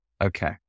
Okay